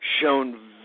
shown